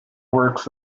works